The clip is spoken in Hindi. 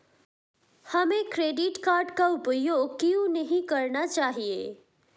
हमें क्रेडिट कार्ड का उपयोग क्यों नहीं करना चाहिए?